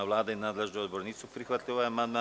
Vlada i nadležni odbor nisu prihvatili ovaj amandman.